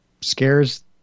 scares